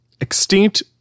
extinct